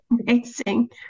Amazing